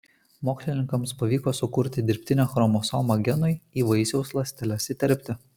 mokslininkams pavyko sukurti dirbtinę chromosomą genui į vaisiaus ląsteles įterpti